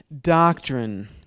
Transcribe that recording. doctrine